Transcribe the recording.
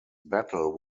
battle